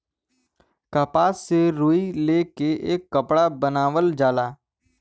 कपास से रुई ले के एकर कपड़ा बनावल जाला